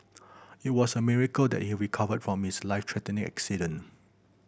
it was a miracle that he recovered from his life threatening accident